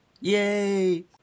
Yay